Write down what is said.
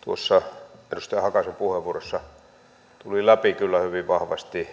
tuossa edustaja hakasen puheenvuorossa tuli läpi kyllä hyvin vahvasti